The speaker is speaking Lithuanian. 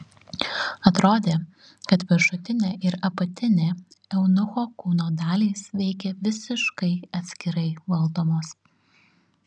atrodė kad viršutinė ir apatinė eunucho kūno dalys veikė visiškai atskirai valdomos